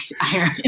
iron